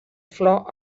flor